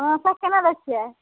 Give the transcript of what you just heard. समोसा केना दय छियै